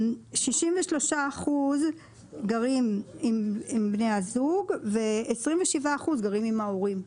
63% גרים עם בני הזוג ו-27% גרים עם ההורים.